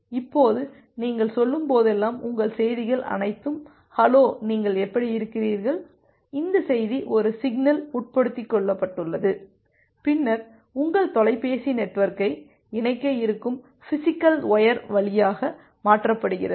இப்போது நீங்கள் சொல்லும் போதெல்லாம் உங்கள் செய்திகள் அனைத்தும் ஹலோ நீங்கள் எப்படி இருக்கிறீர்கள் இந்த செய்தி ஒரு சிக்னெல் உட்பொதிக்கப்பட்டுள்ளது பின்னர் உங்கள் தொலைபேசி நெட்வொர்க்கை இணைக்க இருக்கும் பிஷிக்கல் ஒயர் வழியாக மாற்றப்படுகிறது